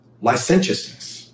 licentiousness